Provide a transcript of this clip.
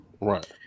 Right